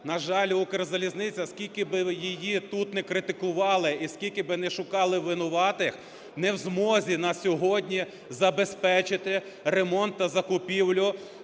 На жаль, "Укрзалізниця" скільки б її тут не критикували і скільки б не шукали винуватих, не в змозі на сьогодні забезпечити ремонт та закупівлю